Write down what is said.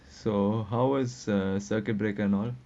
so how was uh circuit breaker now